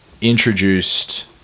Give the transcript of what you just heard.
introduced